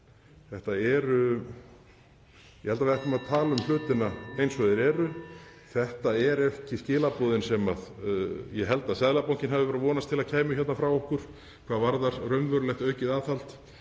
hringir.) Ég held að við ættum að tala um hlutina eins og þeir eru. Þetta eru ekki skilaboðin sem ég held að Seðlabankinn hafi verið að vonast til að kæmu frá okkur hvað varðar raunverulegt aukið aðhald.